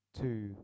two